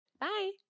Bye